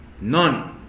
None